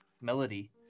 melody